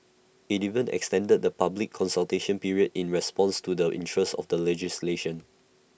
IT even extended the public consultation period in response to the interest in the legislation